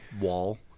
wall